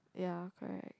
ya correct